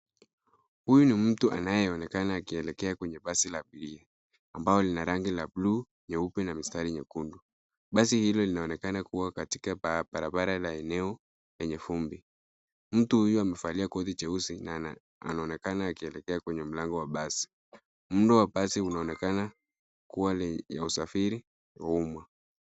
Huyu ni mtu anayeonekana akielekea kwenye basi la abiria ambao lina rangi ya bluu, nyeupe na mstari nyekundu. Basi hilo linaonekana kuwa katika barabara la eneo yenye vumbi. Mtu huyo amevalia koti jeusi na anaonekana akielekea kwenye mlango wa basi. Muundo wa basi unaonekana kuwa ya usafiri wa umma.